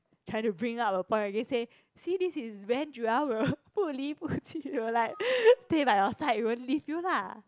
trying to bring up a point again say see this is when Joel will will like stay like your side won't leave you lah